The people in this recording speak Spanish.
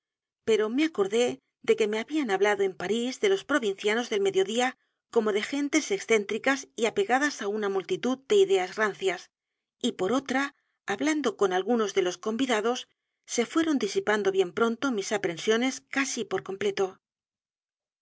pero me acordé de que me habían hablado en p a r í s de los provincianos del mediodía como de gentes excéntricas y apegadas á tina multitud de ideas r a n c i a s y por otra hablando con algunos de los convidados se fueron disipando bien pronto mis aprensiones casi por completo